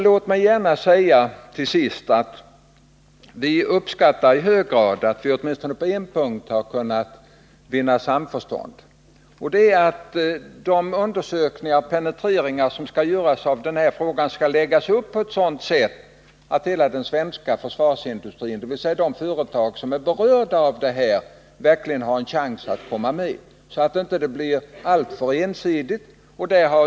Låt mig till sist säga att vi i hög grad uppskattar att utskottet åtminstone på en punkt har kunnat vinna samförstånd. De undersökningar och penetreringar som skall göras i den här frågan skall läggas upp på ett sådant sätt att hela den svenska försvarsindustrin — dvs. de företag som är berörda — verkligen har en chans att komma med, så att det inte blir en alltför ensidig uppläggning.